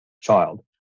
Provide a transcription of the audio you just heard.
child